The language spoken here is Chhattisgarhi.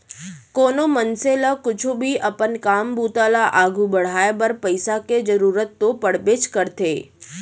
कोनो मनसे ल कुछु भी अपन काम बूता ल आघू बढ़ाय बर पइसा के जरूरत तो पड़बेच करथे